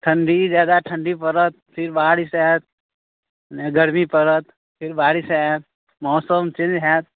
ठण्डी ज्यादा ठण्डी पड़त फिर बारिश आयत नहि गर्मी पड़त फिर बारिश आयत मौसम चेन्ज हैत